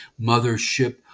mothership